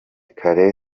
kare